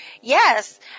yes